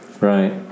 Right